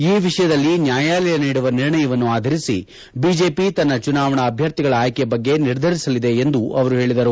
ಈ ವಿಷಯದಲ್ಲಿ ನ್ನಾಯಾಲಯ ನೀಡುವ ನಿರ್ಣಯವನ್ನು ಆಧರಿಸಿ ಬಿಜೆಪಿ ತನ್ನ ಚುನಾವಣಾ ಅಭ್ಯರ್ಥಿಗಳ ಆಯ್ಗೆ ಬಗ್ಗೆ ನಿರ್ಧರಿಸಲಿದೆ ಎಂದು ಅವರು ಹೇಳಿದರು